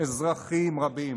אזרחים רבים.